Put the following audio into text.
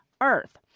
earth